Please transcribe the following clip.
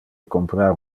comprar